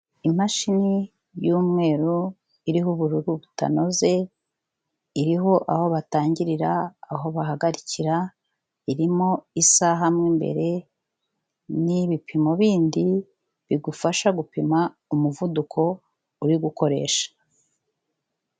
Imashini y'umweru iriho ubururu butanoze iriho aho batangirira, aho bahagarikira, irimo isaha mu imbere n'ibipimo bindi bigufasha gupima umuvuduko uri gukoresha.